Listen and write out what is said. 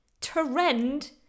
trend